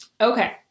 Okay